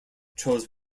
chose